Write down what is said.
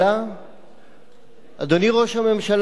יש לי בקשה אליך,